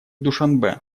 душанбе